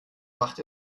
macht